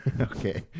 okay